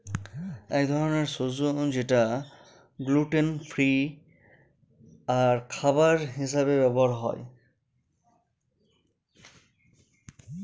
এক ধরনের শস্য যেটা গ্লুটেন ফ্রি আর খাবার হিসাবে ব্যবহার হয়